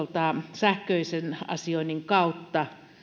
sähköisen asioinnin kautta